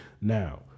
Now